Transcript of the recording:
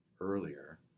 earlier